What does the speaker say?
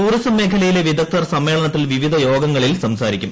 tourism മേഖലയിലെ വിദഗ്ധർ സമ്മേളനത്തിൽ വിവിധ യോഗങ്ങളിൽ സംസാരിക്കും